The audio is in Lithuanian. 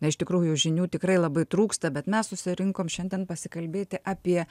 na iš tikrųjų žinių tikrai labai trūksta bet mes susirinkom šiandien pasikalbėti apie